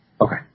Okay